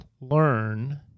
learn